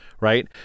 right